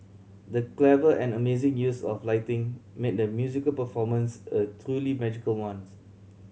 the clever and amazing use of lighting made the musical performance a truly magical ones